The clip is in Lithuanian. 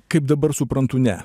kaip dabar suprantu ne